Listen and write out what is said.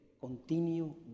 continue